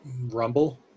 Rumble